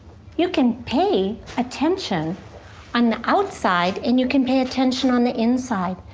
you can pay attention on the outside and you can pay attention on the inside.